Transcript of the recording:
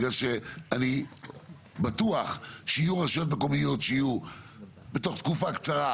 בגלל שאני בטוח שיהיו רשויות מקומיות שיהיו בתוך תקופה קצרה,